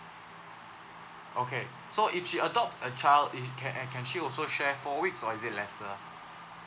okay so if she adopts a child it can a~ can she also share four weeks or is it lesser